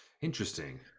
interesting